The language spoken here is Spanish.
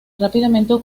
rápidamente